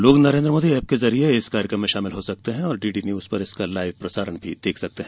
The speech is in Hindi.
लोग नरेन्द्र मोदी ऐप के जरिए इस कार्यक्रम में शामिल हो सकते हैं और डीडी न्यूज पर इसका लाइव प्रसारण देख सकते हैं